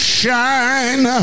shine